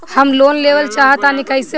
हम लोन लेवल चाह तानि कइसे होई?